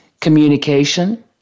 Communication